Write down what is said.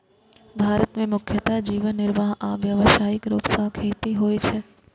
भारत मे मुख्यतः जीवन निर्वाह आ व्यावसायिक रूप सं खेती होइ छै